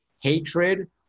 hatred